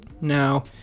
Now